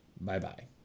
Bye-bye